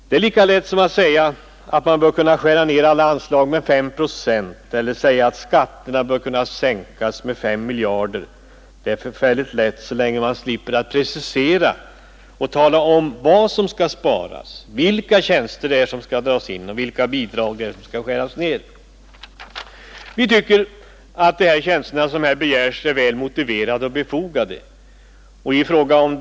Det är lika lätt som att säga att alla anslag bör kunna skäras ned med 5 procent eller att skatterna bör kunna sänkas med 5 miljarder, så länge man slipper precisera och tala om vad som skall sparas, vilka tjänster det är som skall dras in och vilka bidrag som skall skäras ned. Vi tycker att de tjänster som här begärs är väl motiverade och befogade.